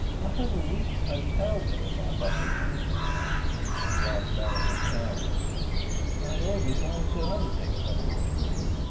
i have a week's hotel bill in my pocket, and he glanced down at his trousers i've ordered one or two other things unfortunately.